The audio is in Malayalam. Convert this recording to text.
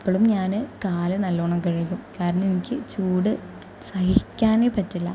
അപ്പോഴും ഞാൻ കാല് നല്ലവണ്ണം കഴുകും കാരണം എനിക്ക് ചൂട് സഹിക്കാനേ പറ്റില്ല